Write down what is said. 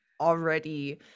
already